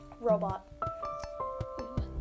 robot